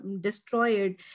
destroyed